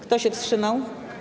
Kto się wstrzymał?